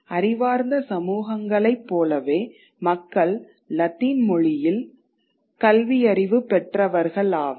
அறிவார்ந்த சமூகங்களைப் போலவே மக்கள் லத்தீன் மொழியில் கல்வியறிவு பெற்றவர்கள் ஆவர்